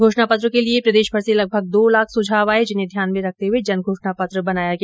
घोषणा पत्र के लिये प्रदेशभर से लगभग दो लाख सुझाव आये जिन्हें ध्यान में रखते हुए जन घोषणा पत्र बनाया गया